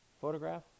photograph